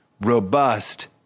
robust